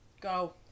Go